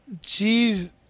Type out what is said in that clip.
Jeez